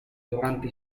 durante